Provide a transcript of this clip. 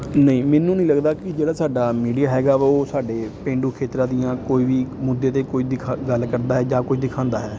ਨਹੀਂ ਮੈਨੂੰ ਨਹੀਂ ਲੱਗਦਾ ਕਿ ਜਿਹੜਾ ਸਾਡਾ ਮੀਡੀਆ ਹੈਗਾ ਉਹ ਸਾਡੇ ਪੇਂਡੂ ਖੇਤਰਾਂ ਦੀਆਂ ਕੋਈ ਵੀ ਮੁੱਦੇ 'ਤੇ ਕੋਈ ਦਿਖਾ ਗੱਲ ਕਰਦਾ ਹੈ ਜਾਂ ਕੋਈ ਦਿਖਾਉਂਦਾ ਹੈ